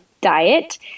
diet